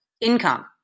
income